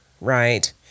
right